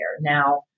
Now